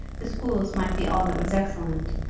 the schools might be all that was excellent,